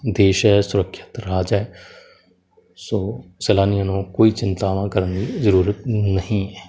ਦੇਸ਼ ਹੈ ਸੁਰੱਖਿਅਤ ਰਾਜ ਹੈ ਸੋ ਸੈਲਾਨੀਆਂ ਨੂੰ ਕੋਈ ਚਿੰਤਾਵਾਂ ਕਰਨ ਦੀ ਜ਼ਰੂਰਤ ਨਹੀਂ ਹੈ